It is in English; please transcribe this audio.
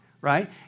right